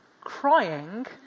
crying